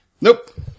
Nope